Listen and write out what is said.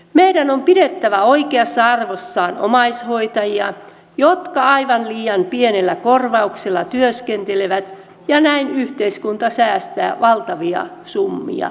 meidän on pidettävä oikeassa arvossaan omaishoitajia jotka aivan liian pienellä korvauksella työskentelevät ja näin yhteiskunta säästää valtavia summia rahaa